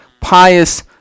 pious